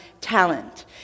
talent